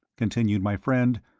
continued my friend,